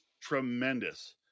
tremendous